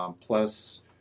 plus